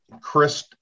Chris